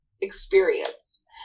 experience